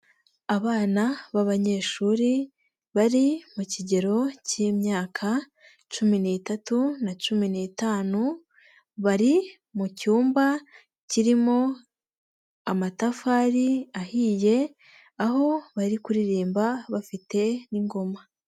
Abana b'abanyeshuri bari mu kigero k'imyaka cumi n'itatu na cumi n'itanu, bari mu cyumba kirimo amatafari ahiye aho bari kuririmba bafite n'ingoma.